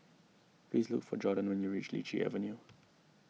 please look for Jorden when you reach Lichi Avenue